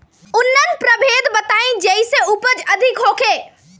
उन्नत प्रभेद बताई जेसे उपज अधिक होखे?